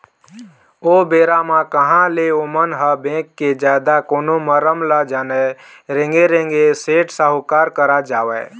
ओ बेरा म कहाँ ले ओमन ह बेंक के जादा कोनो मरम ल जानय रेंगे रेंगे सेठ साहूकार करा जावय